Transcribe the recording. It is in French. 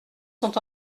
sont